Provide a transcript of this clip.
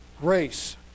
Grace